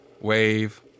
wave